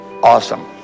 awesome